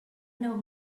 know